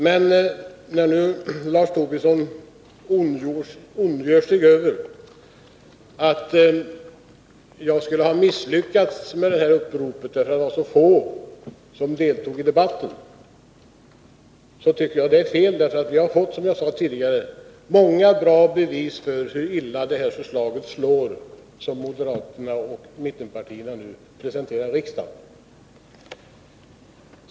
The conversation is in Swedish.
Men när Lars Tobisson nu ondgör sig över att jag skulle ha misslyckats med uppropet, därför att det var så få som deltog i debatten, tycker jag att det är fel, eftersom vi, som jag tidigare nämnde, har fått många bra bevis på hur illa det förslag slår som moderaterna och mittenpartierna nu presenterar riksdagen.